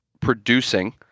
producing